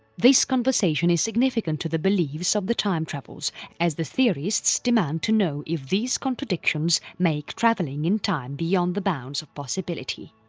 this conversation is significant to the beliefs of time travel as the theorists demand to know if these contradictions make travelling in time beyond the bounds of possibility.